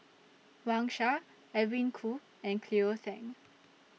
Wang Sha Edwin Koo and Cleo Thang